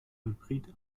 hybrid